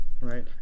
Right